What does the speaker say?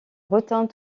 retint